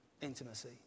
intimacy